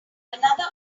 another